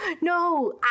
no